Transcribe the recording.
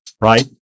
right